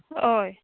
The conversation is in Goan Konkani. होय